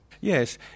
Yes